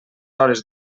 hores